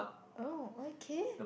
oh okay